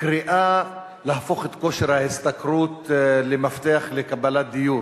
הקריאה להפוך את כושר ההשתכרות למפתח לקבלת דיור.